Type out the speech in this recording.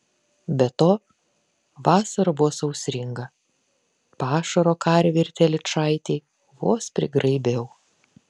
be to vasara buvo sausringa pašaro karvei ir telyčaitei vos prigraibiau